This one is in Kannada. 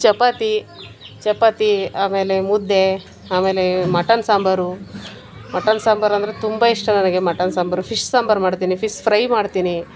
ಚಪಾತಿ ಚಪಾತಿ ಆಮೇಲೆ ಮುದ್ದೆ ಆಮೇಲೆ ಮಟನ್ ಸಾಂಬಾರು ಮಟನ್ ಸಾಂಬಾರು ಅಂದರೆ ತುಂಬ ಇಷ್ಟ ನನಗೆ ಮಟನ್ ಸಾಂಬಾರು ಫಿಶ್ ಸಾಂಬಾರು ಮಾಡ್ತೀನಿ ಫಿಸ್ ಫ್ರೈ ಮಾಡ್ತೀನಿ